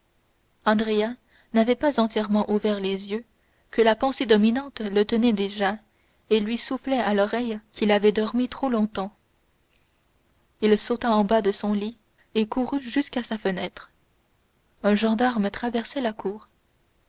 n'avait pas entièrement ouvert les yeux que la pensée dominante le tenait déjà et lui soufflait à l'oreille qu'il avait dormi trop longtemps il sauta en bas de son lit et courut à sa fenêtre un gendarme traversait la cour